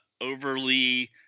overly